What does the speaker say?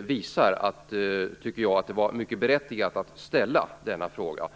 visar att det var mycket berättigat att ställa min fråga.